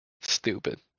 stupid